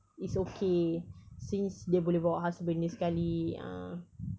it's okay since dia boleh bawa husband dia sekali ah